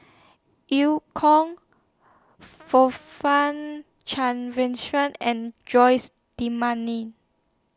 EU Kong Cavenagh and Jose D'